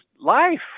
life